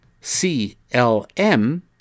C-L-M